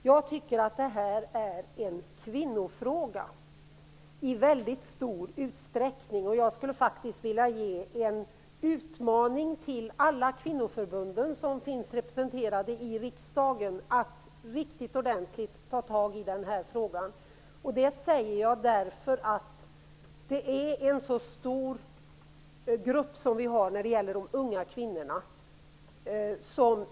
Jag tycker att detta är en kvinnofråga i mycket stor utsträckning. Jag skulle vilja utmana alla kvinnoförbund som finns representerade i riksdagen att riktigt ordentligt ta tag i den här frågan. Det säger jag därför att det gäller en så stor grupp unga kvinnor.